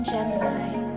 Gemini